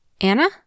Anna